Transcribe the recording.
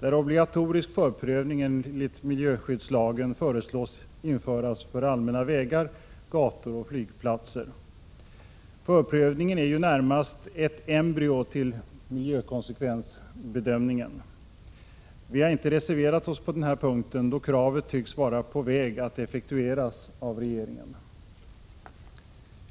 där obligatorisk förprövning enligt miljöskyddslagen föreslås bli införd för allmänna vägar, gator och flygplatser. Förprövningen är ju närmast ett embryo till miljökonsekvensbedömningen. Vi har inte reserverat oss på denna punkt, då kravet tycks vara på väg att effektueras av regeringen.